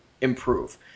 improve